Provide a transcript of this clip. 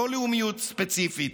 לא לאומיות ספציפית.